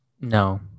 No